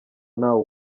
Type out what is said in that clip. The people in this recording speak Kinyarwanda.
ntawe